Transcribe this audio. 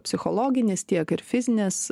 psichologinės tiek ir fizinės